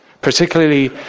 particularly